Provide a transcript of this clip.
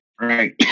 Right